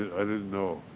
i didn't know.